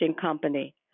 Company